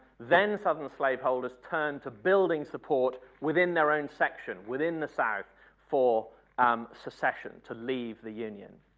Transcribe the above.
then southerner slaveholders turned to building support within their own section, within the south for um secession to leave the union.